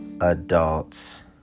adults